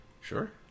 Sure